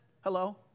Hello